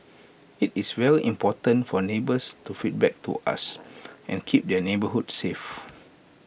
IT is very important for neighbours to feedback to us and keep their neighbourhoods safe